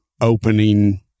opening